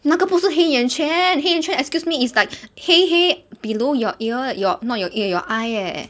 那个不是黑眼圈黑眼圈 excuse me it's like 黑黑 below your ear your not your ear your eye eh